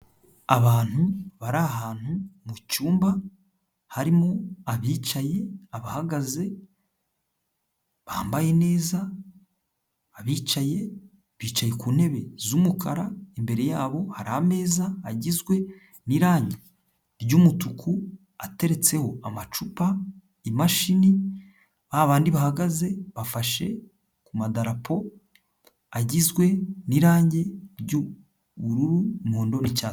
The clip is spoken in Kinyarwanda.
Abantu bari ahantu mu cyumba harimo abicaye, abahagaze, bambaye neza, abicaye bicaye ku ntebe z'umukara imbere yabo hari ameza agizwe n'irangi ry'umutuku ateretseho amacupa, imashini babandi bahagaze bafashe ku madarapo agizwe n'irangi ry'ubururu, umuhondo n'icyatsi.